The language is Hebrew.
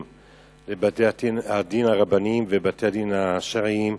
לתנאי בתי-הדין הרבניים ובתי-הדין השרעיים.